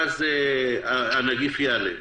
ואז הנגיף ייעלם.